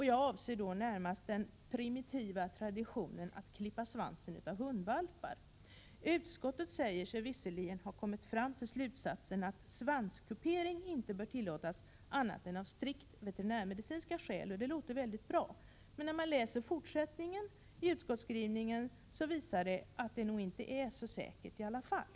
Jag avser då närmast den primitiva traditionen att klippa av svansen på hundvalpar. Visserligen säger sig utskottet ha kommit fram till slutsatsen att svanskupering inte bör tillåtas annat än när strikt veterinärmedicinska skäl föreligger. Det låter ju väldigt bra. Men när man läser vidare vad utskottet skriver, finner man att det nog finns osäkerheter i alla fall.